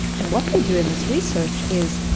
and what they do in this research is,